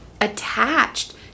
attached